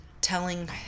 telling